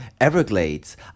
Everglades